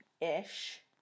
ish